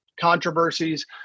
controversies